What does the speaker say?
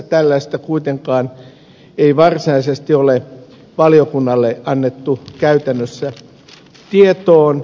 tällaista kuitenkaan ei varsinaisesti ole valiokunnalle annettu käytännössä tietoon